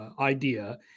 idea